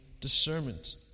Discernment